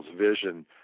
vision